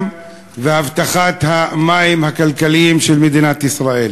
ואבטחת המים הכלכליים של מדינת ישראל.